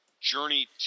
journey